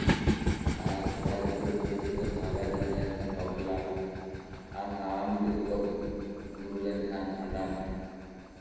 ᱟᱨ ᱠᱚᱲᱟ ᱜᱤᱫᱽᱨᱟᱹ ᱠᱩᱲᱤ ᱜᱤᱫᱽᱨᱟᱹ ᱠᱚ ᱦᱟᱨᱟ ᱡᱩᱣᱟᱹᱱ ᱞᱮᱱᱠᱷᱟᱱ ᱵᱟᱯᱞᱟ ᱟᱨ ᱦᱟᱲᱟᱢ ᱵᱩᱰᱷᱤ ᱠᱚ ᱜᱚᱡ ᱜᱩᱨᱩ ᱞᱮᱱᱠᱷᱟᱱ ᱵᱷᱟᱸᱰᱟᱱ